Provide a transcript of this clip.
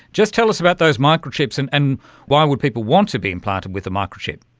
just tell us about those microchips and and why would people want to be implanted with a microchip?